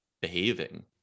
behaving